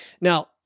Now